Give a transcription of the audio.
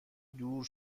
دور